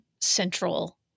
central